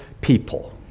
people